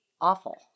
awful